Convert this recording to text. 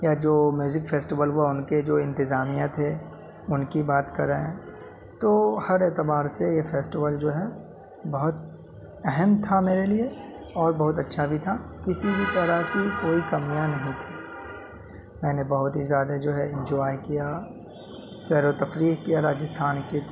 یا جو فیسٹول ہوا ان کے جو انتظامیہ تھے ان کی بات کریں تو ہر اعتبار سے یہ فیسٹول جو ہے بہت اہم تھا میرے لیے اور بہت اچھا بھی تھا کسی بھی طرح کی کوئی کمیاں نہیں تھی میں نے بہت ہی زیادہ جو ہے انجوائے کیا سیر و تفریح کیا راجستھان کی